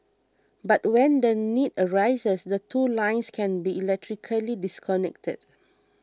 but when the need arises the two lines can be electrically disconnected